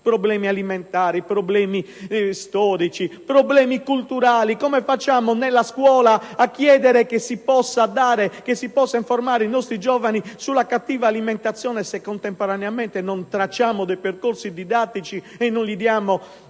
sociali, alimentari, storici, culturali. Come facciamo nella scuola a chiedere che si possano informare i nostri giovani sulla cattiva alimentazione se contemporaneamente non tracciamo dei percorsi didattici e non offriamo